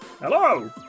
Hello